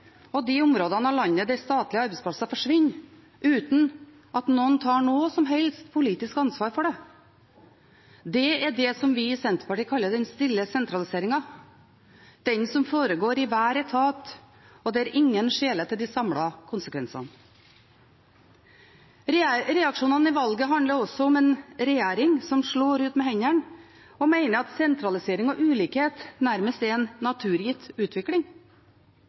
og de områdene av landet der statlige arbeidsplasser forsvinner, uten at noen tar noe som helst politisk ansvar for det. Det er det vi i Senterpartiet kaller den stille sentraliseringen, den som foregår i hver etat, og der ingen skjeler til de samlede konsekvensene. Reaksjonene i valget handler også om en regjering som slår ut med hendene og mener at sentralisering og ulikhet nærmest er en naturgitt utvikling.